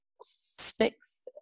six